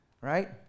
right